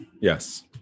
Yes